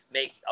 make